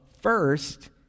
first